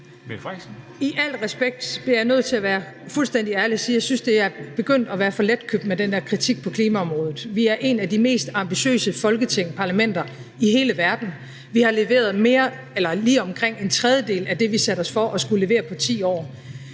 I al respekt bliver jeg nødt til at være fuldstændig ærlig og sige, at jeg synes, det er begyndt at være for letkøbt med den der kritik på klimaområdet. Vi er et af de mest ambitiøse parlamenter i hele verden. Vi har leveret lige omkring en tredjedel af det, vi satte os for at skulle levere på 10 år.